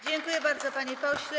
Dziękuję bardzo, panie pośle.